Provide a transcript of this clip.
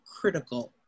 critical